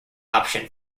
option